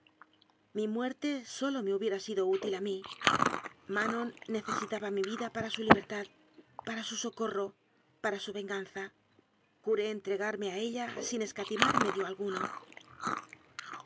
mi muerte sólo me hubiera sido útil a mí manon necesitaba mi vida para su libertad para su socorro para su venganza juré entregarme a ella sin escatimar medio alguno